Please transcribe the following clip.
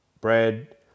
bread